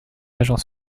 agent